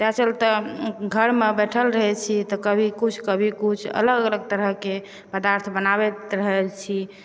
ताहि चलते घरमे बैठल रहै छी तऽ कभी किछु कभी किछु अलग अलग तरहके पदार्थ बनाबैत रहै छी